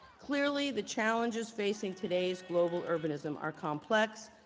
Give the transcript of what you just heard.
clearly, the challenges facing today's global urbanism are complex,